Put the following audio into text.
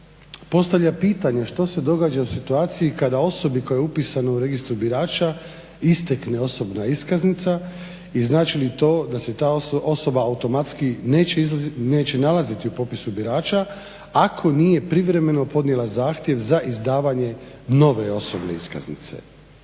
postavlja pitanje što se događa u situaciji kada osobi koja je upisana u registru birača istekne osobna iskaznica i znači li to da se ta osoba automatski neće nalaziti u popisu birača ako nije privremeno podnijela zahtjev za izdavanje nove osobne iskaznice?